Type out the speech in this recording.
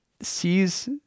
sees